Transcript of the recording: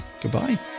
Goodbye